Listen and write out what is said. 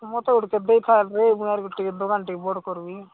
ମୋତେ ଟିକେ ଦେଇଥାରେ ମୁଇଁ ଆହୁରି ଟିକେ ଦୋକାନ ଟିକେ ବଡ଼ କରିବି